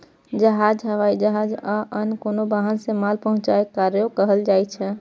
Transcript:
जहाज, हवाई जहाज या आन कोनो वाहन सं माल पहुंचेनाय कार्गो कहल जाइ छै